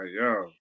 yo